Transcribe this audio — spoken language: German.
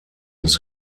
des